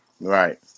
right